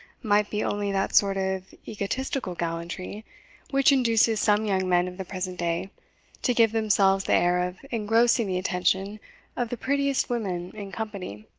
might be only that sort of egotistical gallantry which induces some young men of the present day to give themselves the air of engrossing the attention of the prettiest women in company,